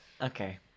Okay